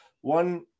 One